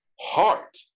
heart